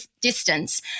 distance